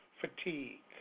fatigue